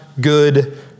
good